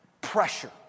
Pressure